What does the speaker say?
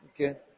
Okay